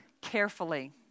carefully